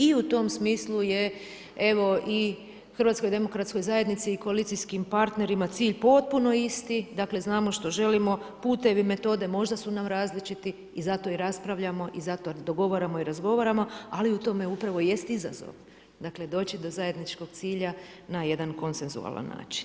I u tom smislu je evo i HDZ-u i koalicijskim partnerima potpuno isti, dakle znamo što želimo, putevi, metode možda su nam različiti i zato i raspravljamo i zato dogovaramo i razgovaramo, ali u tome upravo jest izazov doći do zajedničkog cilja na jedan konsensualan način.